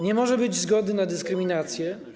Nie może być zgody na dyskryminację.